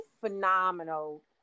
Phenomenal